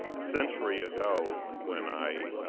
century ago, when i